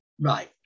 Right